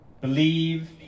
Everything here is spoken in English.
believe